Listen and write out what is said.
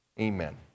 Amen